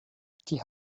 die